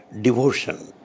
devotion